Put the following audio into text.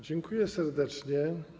Dziękuję serdecznie.